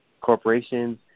corporations